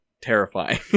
terrifying